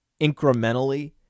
incrementally